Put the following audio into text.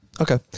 Okay